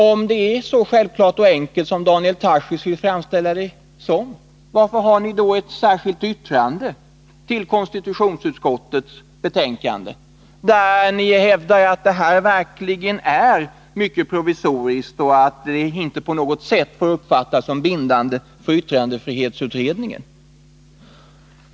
Om det är så självklart och enkelt som Daniel Tarschys vill framställa det, varför har ni då ett särskilt yttrande vid konstitutionsutskottets betänkande, där ni hävdar att det här lagförslaget verkligen är mycket provisoriskt och att det inte på något sätt får uppfattas som bindande för yttrandefrihetsutredningen?